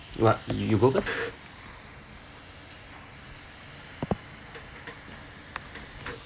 you want you go first